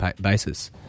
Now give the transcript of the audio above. basis